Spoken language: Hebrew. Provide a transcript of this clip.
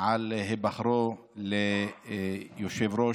על היבחרו ליושב-ראש